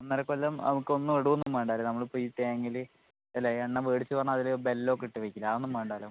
ഒന്നരക്കൊല്ലം നമുക്കൊന്നും ഇടുവൊന്നും വേണ്ടാല്ലേ നമ്മളിപ്പം ഈ ടൈമില് അല്ല എണ്ണ മേടിച്ചു പറഞ്ഞാൽ അതില് ബെല്ലോക്കെ ഇട്ടുവെയ്ക്കില്ലേ അതൊന്നും വേണ്ടാല്ലോ